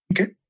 Okay